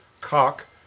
cock